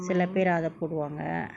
சிலபேர் அத போடுவாங்க:silaper atha poduvanga